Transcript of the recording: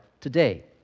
today